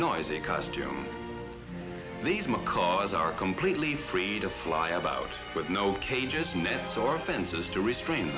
noisy costume these macaws are completely fried a fly about but no cages nets or fences to restrain